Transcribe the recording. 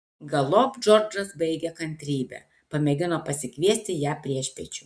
galop džordžas baigė kantrybę pamėgino pasikviesti ją priešpiečių